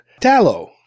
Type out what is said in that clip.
tallow